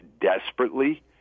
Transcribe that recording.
desperately